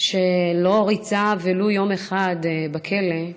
שלא ריצה ולו יום אחד בכלא,